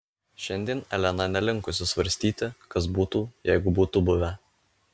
šiandien elena nelinkusi svarstyti kas būtų jeigu būtų buvę